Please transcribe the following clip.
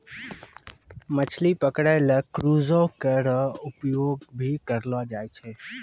मछली पकरै ल क्रूजो केरो प्रयोग भी करलो जाय छै